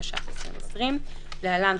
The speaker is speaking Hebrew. התש"ף 2020 (להלן,